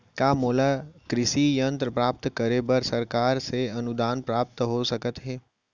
का मोला कृषि यंत्र प्राप्त करे बर सरकार से अनुदान प्राप्त हो सकत हे?